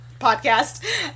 podcast